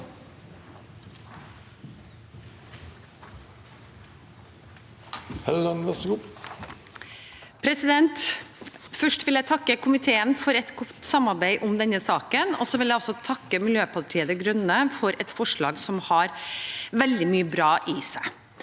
for saken): Først vil jeg takke komiteen for et godt samarbeid om denne saken. Jeg vil også takke Miljøpartiet De Grønne for et forslag som har veldig mye bra i seg.